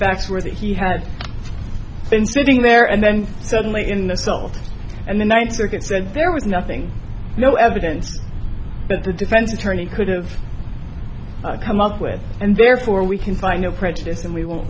facts were that he had been sitting there and then suddenly in the cold and the ninth circuit said there was nothing no evidence but the defense attorney could've come up with and therefore we can find no prejudice